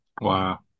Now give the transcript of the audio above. Wow